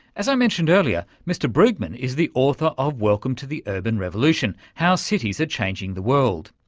as i mentioned earlier, mr brugmann is the author of welcome to the urban revolution how cities are changing the world.